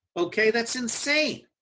okay? that's insane.